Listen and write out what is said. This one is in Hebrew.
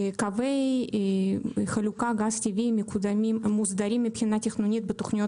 קווי חלוקה של גז טבעי מוסדרים מבחינה תכנונית בתוכניות